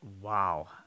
Wow